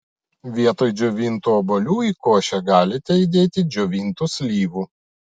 vietoj džiovintų obuolių į košę galite įdėti džiovintų slyvų